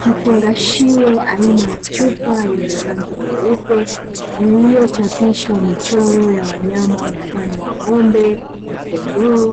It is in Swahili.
Kifungashio, aina ya chupa yenye rangi nyeupe, iliyochapishwa michoyo ya wanyama mfano wa ng'ombe na kondoo,